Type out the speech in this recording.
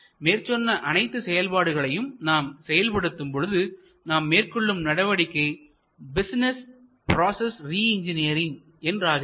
மேற்சொன்ன அனைத்து செயல்பாடுகளையும் நாம் செயல்படுத்தும் பொழுது நாம் மேற்கொள்ளும் நடவடிக்கை பிசினஸ் ப்ராசஸ் ரிஇன்ஜினியரிங் என்றாகிறது